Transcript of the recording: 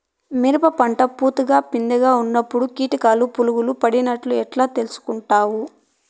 మిరప పూత పిందె గా ఉన్నప్పుడు కీటకాలు పులుగులు పడినట్లు ఎట్లా తెలుసుకుంటావు?